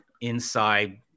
inside